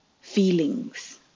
feelings